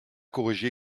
corrigé